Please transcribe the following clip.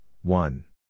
one